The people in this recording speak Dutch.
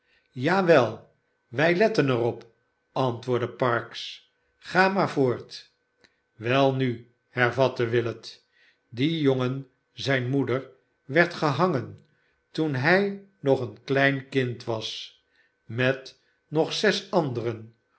ij letten er op antwoordde parkes ga maar voort welnu hervatte willet die jongen zijne moeder werd gehangen toen hij nog een klein kind was met nog zes anderen